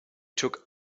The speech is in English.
took